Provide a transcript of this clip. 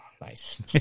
Nice